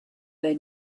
their